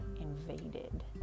invaded